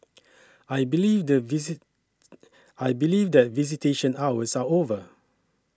I believe the visit I believe that visitation hours are over